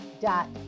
dot